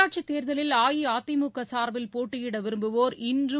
உள்ளாட்சித் தேர்தலில் அஇஅதிமுக சார்பில் போட்டியிட விரும்புவோர் இன்றும்